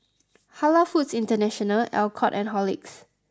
Halal Foods International Alcott and Horlicks